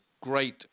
great